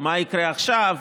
מה יקרה עכשיו,